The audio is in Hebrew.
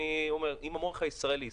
עם המוח הישראלי,